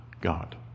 God